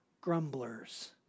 Grumblers